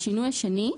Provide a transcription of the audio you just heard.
השינוי השני.